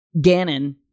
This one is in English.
Ganon